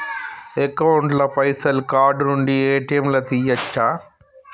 Account ల పైసల్ card నుండి ఏ.టి.ఎమ్ లా తియ్యచ్చా?